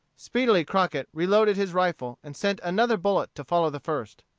speedily crockett reloaded his rifle, and sent another bullet to follow the first.